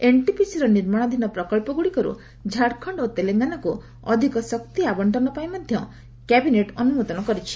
ଏନ୍ଟିପିସିର ନିର୍ମାଶାଧୀନ ପ୍ରକଳ୍ପଗୁଡ଼ିକରୁ ଝାଡ଼ଖଣ୍ଡ ଓ ତେଲଙ୍ଗାନାକୁ ଅଧିକ ଶକ୍ତି ଆବଶ୍ଚନ ପାଇଁ ମଧ୍ୟ କ୍ୟାବିନେଟ୍ ଅନୁମୋଦନ କରିଛି